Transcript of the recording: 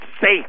safe